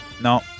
No